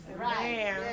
Right